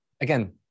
again